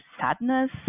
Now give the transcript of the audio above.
sadness